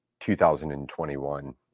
2021